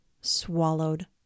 swallowed